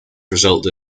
resulted